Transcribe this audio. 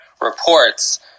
reports